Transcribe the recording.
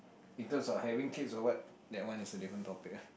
in terms of having kids or what that one is a different topic lah